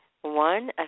one